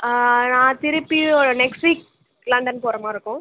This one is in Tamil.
நான் திருப்பி ஒரு நெக்ஸ்ட் வீக் லண்டன் போகிற மாதிரி இருக்கும்